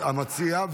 המציע,